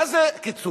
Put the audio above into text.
מה זה קיצוץ?